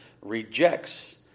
rejects